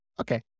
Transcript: Okay